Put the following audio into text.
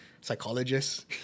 psychologist